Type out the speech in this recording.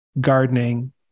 gardening